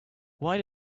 why